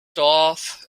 dorf